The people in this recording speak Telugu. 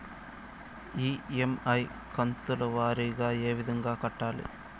ఇ.ఎమ్.ఐ కంతుల వారీగా ఏ విధంగా కట్టాలి